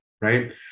Right